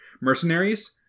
mercenaries